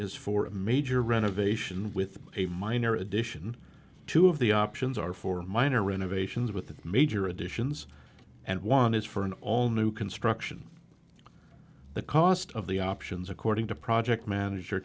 is for a major renovation with a minor addition two of the options are for minor renovations with major additions and one is for an all new construction the cost of the options according to project manager